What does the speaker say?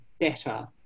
better